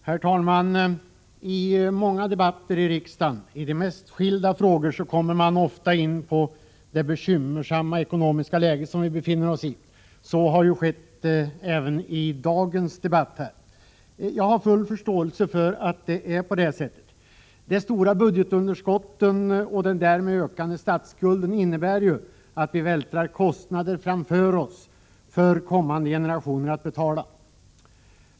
Herr talman! I många debatter i riksdagen, i de mest skilda frågor, kommer man ofta in på det bekymmersamma ekonomiska läge som vi befinner oss i. Så har ju skett även i dagens debatt. Jag har full förståelse för att det är på det sättet. De stora budgetunderskotten och den därmed ökande statsskulden innebär ju att vi vältrar kostnader framför oss för kommande generationer att betala.